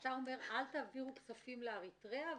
אתה אומר לא להעביר כספים לאריתריאה,